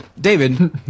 David